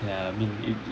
ya I mean